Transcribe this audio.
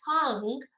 tongue